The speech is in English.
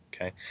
okay